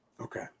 Okay